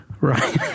Right